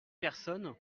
personnes